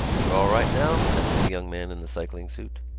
you're all right now? asked the young man in the cycling-suit.